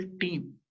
team